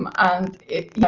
um and you